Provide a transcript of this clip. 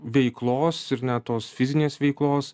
veiklos ir na tos fizinės veiklos